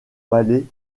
palais